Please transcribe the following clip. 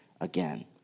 again